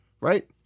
right